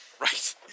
Right